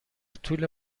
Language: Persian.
طول